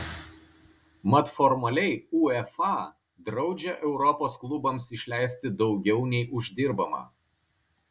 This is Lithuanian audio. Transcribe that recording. mat formaliai uefa draudžia europos klubams išleisti daugiau nei uždirbama